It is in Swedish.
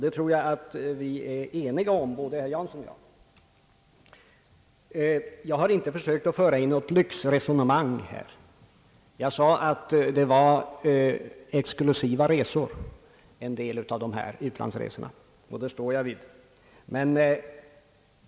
Det tror jag att herr Jansson och jag är eniga om. Jag har inte försökt att föra in något lyxresonemang i den här frågan. Jag sade att en del av utlandsresorna är exklusiva resor, och det står jag för.